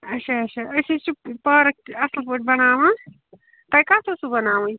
اچھا اچھا أسۍ حظ چھِ پارک تہِ اصٕل پٲٹھۍ بَناوان تۄہہِ کَتھ ٲسوٕ بَناوٕنۍ